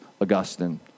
Augustine